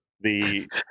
the-